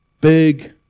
Big